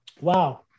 Wow